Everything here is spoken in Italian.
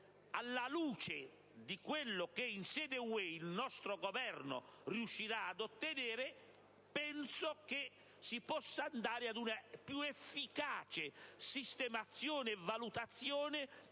Alla luce di ciò che, in sede UE, il nostro Governo riuscirà a ottenere, penso che si possa giungere a una più efficace sistemazione e valutazione